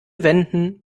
wenden